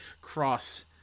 cross